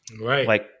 Right